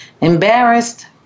Embarrassed